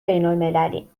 بینالمللی